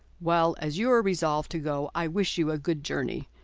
well, as you are resolved to go, i wish you a good journey.